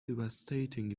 devastating